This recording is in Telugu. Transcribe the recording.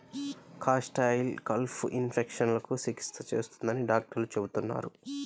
కాస్టర్ ఆయిల్ స్కాల్ప్ ఇన్ఫెక్షన్లకు చికిత్స చేస్తుందని డాక్టర్లు చెబుతున్నారు